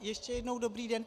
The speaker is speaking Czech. Ještě jednou dobrý den.